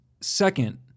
second